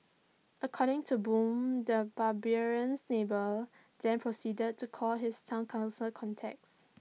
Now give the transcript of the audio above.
according to boo the barbarian neighbour then proceeded to call his Town Council contacts